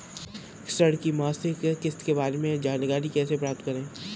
ऋण की मासिक किस्त के बारे में जानकारी कैसे प्राप्त करें?